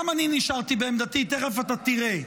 גם אני נשארתי בעמדתי, תכף אתה תראה.